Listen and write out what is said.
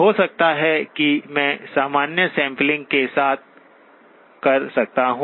हो सकता है कि मैं सामान्य सैंपलिंग के साथ कर सकता हूं